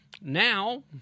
Now